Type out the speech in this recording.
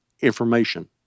information